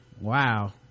wow